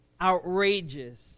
outrageous